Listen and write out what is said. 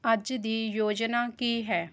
ਅੱਜ ਦੀ ਯੋਜਨਾ ਕੀ ਹੈ